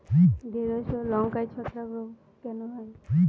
ঢ্যেড়স ও লঙ্কায় ছত্রাক রোগ কেন হয়?